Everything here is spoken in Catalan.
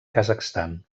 kazakhstan